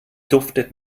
duftet